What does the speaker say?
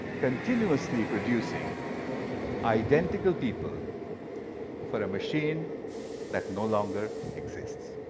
continuously producing identical people for a machine that no longer exists.